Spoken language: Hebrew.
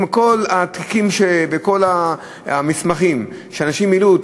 עם כל התיקים וכל המסמכים שאנשים מילאו.